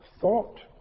thought